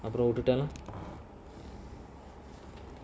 அப்புறம்விட்டுட்டேன்:apuram vituten